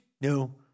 No